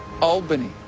Albany